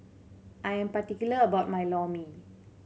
I'm particular about my Lor Mee